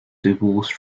divorced